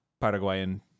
Paraguayan